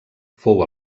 fou